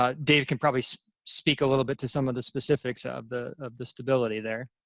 ah dave can probably speak a little bit to some of the specifics of the of the stability there.